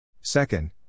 Second